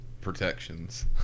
protections